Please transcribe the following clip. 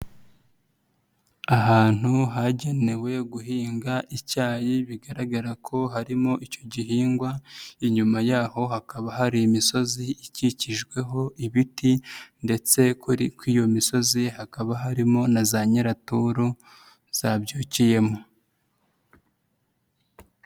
Ahantu hagenewe guhinga icyayi, bigaragara ko harimo icyo gihingwa, inyuma yaho hakaba hari imisozi ikikijweho ibiti ndetse kuri kw'iyo misozi, hakaba harimo na za nyiraturu zabyukiyemo.